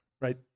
right